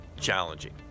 challenging